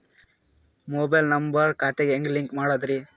Mobile number ಖಾತೆ ಗೆ ಹೆಂಗ್ ಲಿಂಕ್ ಮಾಡದ್ರಿ?